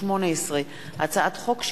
פ/3280/18 וכלה בהצעת חוק פ/3299/18,